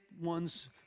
ones